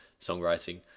songwriting